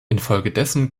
infolgedessen